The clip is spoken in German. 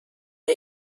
der